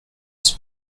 son